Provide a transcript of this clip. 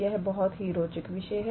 यह बहुत ही रोचक विषय है